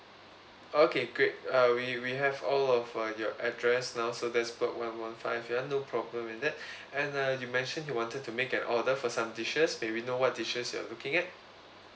okay great uh we we have all of uh your address now so that's block one one five ya no problem in that and uh you mention you wanted to make an order for some dishes may we know what dishes you're looking at